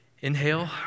Inhale